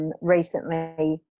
recently